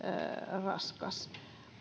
raskas